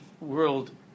world